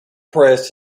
press